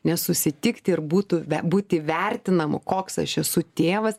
nesusitikti ir būtų būti vertinamu koks aš esu tėvas